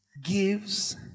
gives